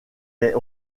est